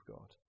God